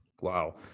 Wow